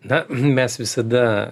na mes visada